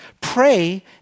Pray